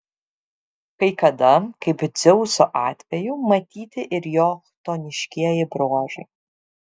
kai kada kaip dzeuso atveju matyti ir jo chtoniškieji bruožai